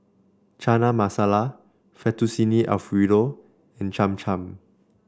Chana Masala Fettuccine Alfredo and Cham Cham